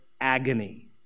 agony